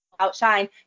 outshine